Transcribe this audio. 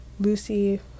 Lucy